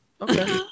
okay